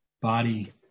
body